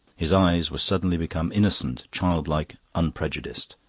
his eyes were suddenly become innocent, childlike, unprejudiced.